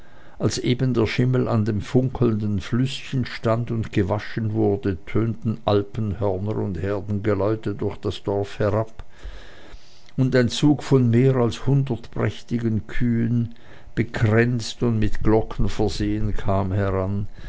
als eben der schimmel an dem funkelnden flüßchen stand und gewaschen wurde tönten alpenhörner und herdengeläute durch das dorf herab und ein zug von mehr als hundert prächtigen kühen bekränzt und mit glocken versehen kam heran